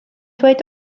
dweud